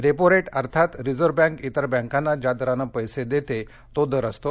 repo rate अर्थात reserve bank इतर बँकात्ताज्या दराने पेसे देते तो दर असतो